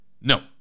No